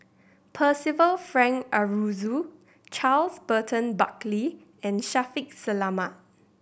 Percival Frank Aroozoo Charles Burton Buckley and Shaffiq Selamat